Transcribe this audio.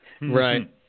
Right